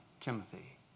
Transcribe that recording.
Timothy